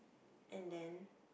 and then